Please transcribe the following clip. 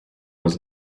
was